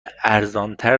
ارزانتر